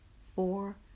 four